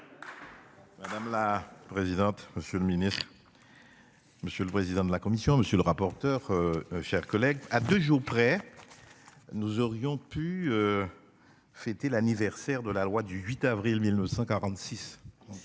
Madame la présidente, monsieur le ministre. Monsieur le président de la commission. Monsieur le rapporteur. Chers collègues, à deux jours près. Nous aurions pu. Fêter l'anniversaire de la loi du 8 avril 1946. À